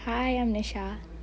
hi I'm nisha